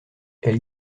elle